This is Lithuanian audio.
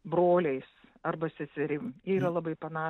broliais arba seserim jie yra labai panašūs